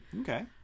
Okay